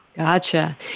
Gotcha